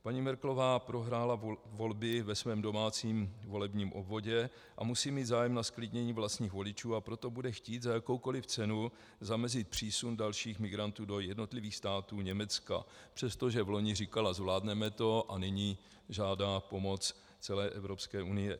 Paní Merkelová prohrála volby ve svém domácím volebním obvodu a musí mít zájem na zklidnění vlastních voličů, a proto bude chtít za jakoukoliv cenu zamezit přísunu dalších migrantů do jednotlivých států Německa, přestože vloni říkala zvládneme to, a nyní žádá pomoc celé Evropské unie.